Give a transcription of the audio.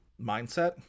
mindset